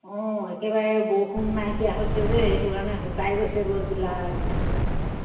অঁ একেবাৰে বৰষুণ নাইকিয়া হৈছে যে সেইটো কাৰণে শুকাই গৈছে গছবিলাক